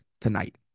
tonight